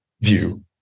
view